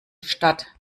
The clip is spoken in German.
stadt